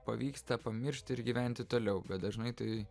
pavyksta pamiršti ir gyventi toliau bet dažnai tai